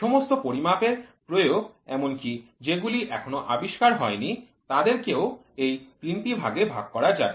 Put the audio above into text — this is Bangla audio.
সমস্ত পরিমাপের প্রয়োগ এমনকি যেগুলি এখনো আবিষ্কার হয়নি তাদেরকেও এই তিনটি ভাগে ভাগ করা যায়